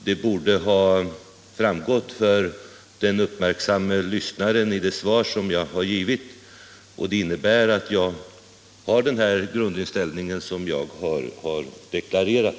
Det borde för den uppmärksamme lyssnaren ha framgått av det svar som jag givit, och det innebär att jag har den grundinställning som jag deklarerat.